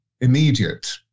immediate